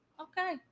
Okay